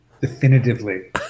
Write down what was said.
Definitively